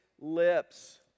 lips